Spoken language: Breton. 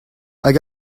hag